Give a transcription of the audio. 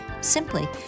Simply